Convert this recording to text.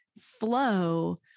Flow